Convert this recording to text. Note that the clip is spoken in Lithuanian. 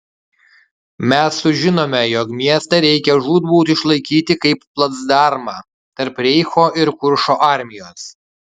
mes sužinome jog miestą reikia žūtbūt išlaikyti kaip placdarmą tarp reicho ir kuršo armijos